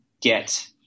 get